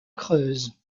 creuse